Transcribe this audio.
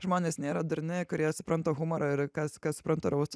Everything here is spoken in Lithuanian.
žmonės nėra durni kurie supranta humorą ir kas kas supranta raustus